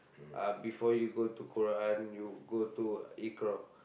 uh before you go to Quran you go to Iqro